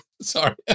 Sorry